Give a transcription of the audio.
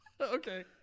Okay